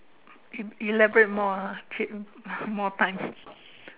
e~ elaborate more ah treat more time